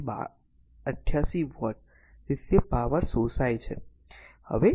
તેથી 88 વોટ તેથી પાવર શોષાય છે